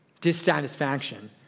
dissatisfaction